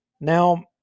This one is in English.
now